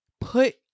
Put